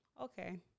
okay